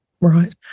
Right